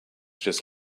just